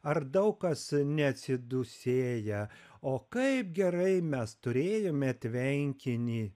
ar daug kas ne atsidūsėję o kaip gerai mes turėjome tvenkinį